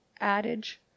adage